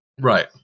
Right